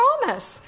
promise